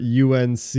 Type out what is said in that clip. UNC